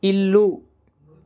ఇల్లు